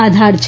આધાર છે